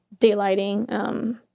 daylighting